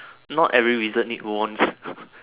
not every wizard need wands